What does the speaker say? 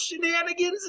shenanigans